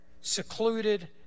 secluded